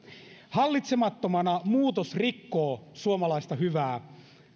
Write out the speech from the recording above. hallitsemattomana muutos rikkoo suomalaista hyvää